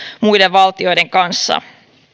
muiden valtioiden kanssa